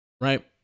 right